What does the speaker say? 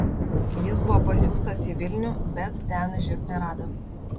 jis buvo pasiųstas į vilnių bet ten živ nerado